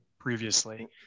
previously